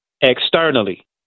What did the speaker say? Externally